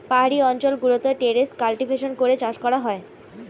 পাহাড়ি অঞ্চল গুলোতে টেরেস কাল্টিভেশন করে চাষ করা হয়